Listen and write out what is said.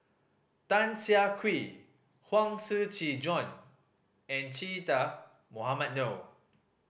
Tan Siah Kwee Huang Shiqi Joan and Che Dah Mohamed Noor